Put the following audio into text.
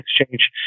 exchange